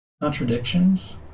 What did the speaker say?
contradictions